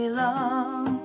long